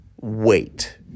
wait